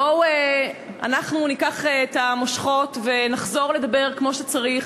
בואו אנחנו ניקח את המושכות ונחזור לדבר כמו שצריך.